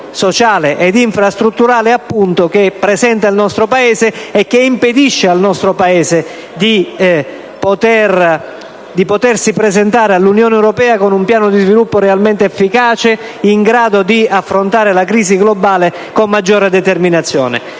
sociale ed infrastrutturale che mostra il nostro Paese e che gli impedisce di presentarsi dinanzi all'Unione europea con un piano di sviluppo realmente efficace, in grado di affrontare la crisi globale con maggiore determinazione.